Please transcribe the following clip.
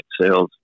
sales